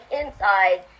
inside